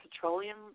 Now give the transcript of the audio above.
petroleum